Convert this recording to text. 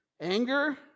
Anger